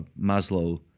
Maslow